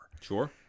Sure